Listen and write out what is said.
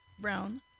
brown